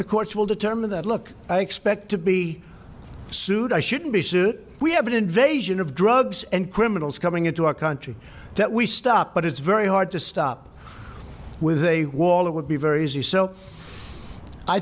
the courts will determine that look to be sued i shouldn't be so we have an invasion of drugs and criminals coming into our country that we stop but it's very hard to stop with a war that would be very easy so i